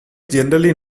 generally